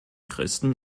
christen